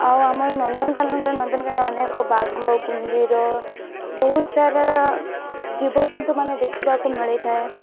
ଆଉ ଆମର ନନ୍ଦନକାନନରେ ନନ୍ଦନକାନନରେ ଅନେକ ବାଘ କୁମ୍ଭୀର ବହୁତ ସାରା ଜୀବଜନ୍ତୁ ମାନେ ଦେଖିବାକୁ ମିଳିଥାଏ